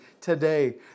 Today